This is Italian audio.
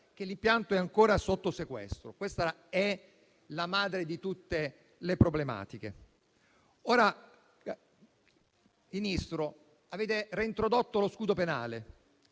che l'impianto è ancora sotto sequestro: questa è la madre di tutte le problematiche. Signor Ministro, avete reintrodotto lo scudo penale